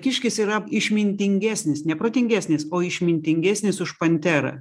kiškis yra išmintingesnis ne protingesnis o išmintingesnis už panterą